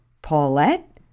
Paulette